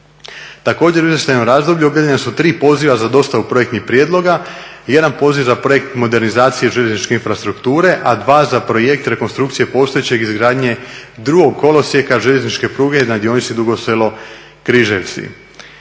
Također u izvještajnom razdoblju objavljena su 3 poziva za dostavu projektnih prijedloga, jedan poziv za projekt modernizacije željezničke infrastrukture, a 2 za projekt rekonstrukcije postojeće izgradnje drugog kolosijeka željezničke pruge na dionici Dugo Selo-Križevci.